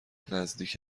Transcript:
نزدیک